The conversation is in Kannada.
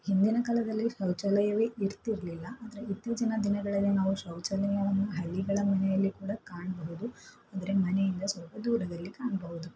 ಹಿಂದಿನ ಕಾಲದಲ್ಲಿ ಶೌಚಾಲಯವೇ ಇರ್ತಿಲಿಲ್ಲ ಆದರೆ ಇತ್ತೀಚಿನ ದಿನಗಳಲ್ಲಿ ನಾವು ಶೌಚಾಲಯವನ್ನು ಹಳ್ಳಿಗಳ ಮನೆಯಲ್ಲಿ ಕೂಡ ಕಾಣಬಹುದು ಆದರೆ ಮನೆಯಿಂದ ಸ್ವಲ್ಪ ದೂರದಲ್ಲಿ ಕಾಣಬಹುದು